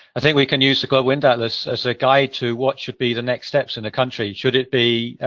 i think we can use the global wind atlas as a guide to what should be the next steps in the country should it be a